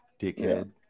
dickhead